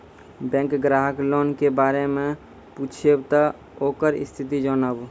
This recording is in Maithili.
बैंक ग्राहक लोन के बारे मैं पुछेब ते ओकर स्थिति जॉनब?